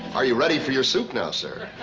are you ready for your soup now, sir? ah,